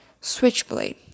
switchblade